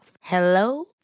Hello